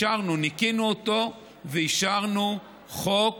ניקינו אותו ואישרנו חוק